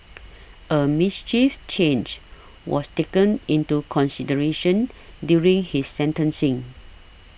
a mischief change was taken into consideration during his sentencing